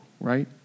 right